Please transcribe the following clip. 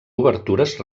obertures